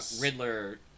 riddler